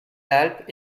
alpes